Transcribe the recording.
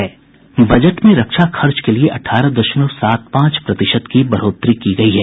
budget में रक्षा खर्च के लिए अठारह दशमलव सात पांच प्रतिशत की बढ़ोतरी की गयी है